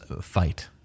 fight